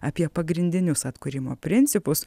apie pagrindinius atkūrimo principus